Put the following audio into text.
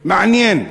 מעניין.